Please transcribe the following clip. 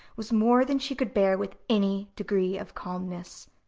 was more than she could bear with any degree of calmness.